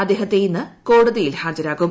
അദ്ദേഹത്തെ ഇന്ന് കോടതിയിൽ ഹാജരാക്കും